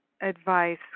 advice